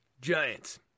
Giants